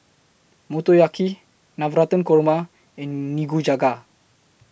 Motoyaki Navratan Korma and Nikujaga